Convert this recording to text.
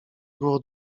było